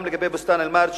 וגם לגבי בוסתן-אל-מרג',